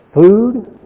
food